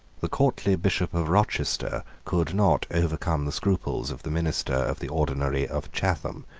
the courtly bishop of rochester could not overcome the scruples of the minister of the ordinary of chatham,